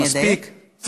אם לדייק.